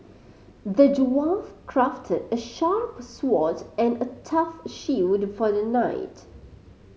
the dwarf crafted a sharp sword and a tough shield for the knight